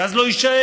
כי אז לא יישאר.